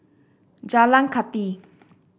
Jalan Kathi